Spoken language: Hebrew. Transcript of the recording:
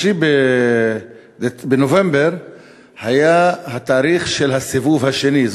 בנובמבר היה התאריך של הסיבוב השני,